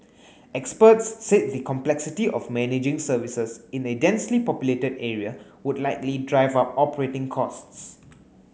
experts said the complexity of managing services in a densely populated area would likely drive up operating costs